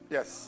Yes